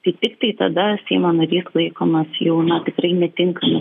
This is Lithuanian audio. tai tiktai tada seimo narys laikomas jau na tikrai netinkamu